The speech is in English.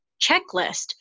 checklist